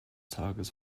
tages